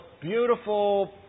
beautiful